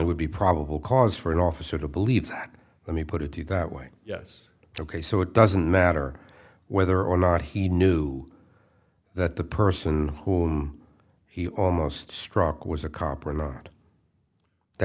would be probable cause for an officer to believe that let me put it to you that way yes ok so it doesn't matter whether or not he knew that the person who he almost struck was a cop or not that